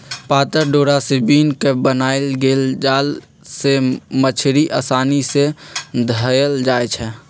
पातर डोरा से बिन क बनाएल गेल जाल से मछड़ी असानी से धएल जाइ छै